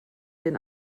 den